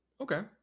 Okay